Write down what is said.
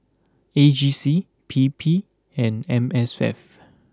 A G C P P and M S F